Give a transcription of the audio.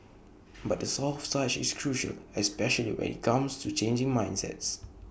but the soft touch is crucial especially when IT comes to changing mindsets